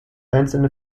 einzelne